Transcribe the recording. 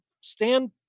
stand